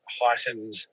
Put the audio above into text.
heightened